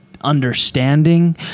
understanding